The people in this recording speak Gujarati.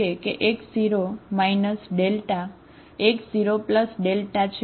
ચાલો આપણે કહીએ કે x0 δ x0δ છે